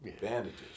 Bandages